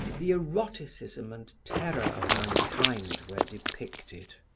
the eroticism and terror of mankind were depicted.